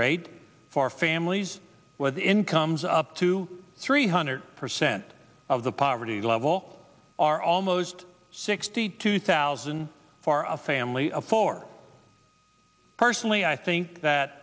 rate for families with incomes up to three hundred percent of the poverty level are almost sixty two thousand for a family of four personally i think that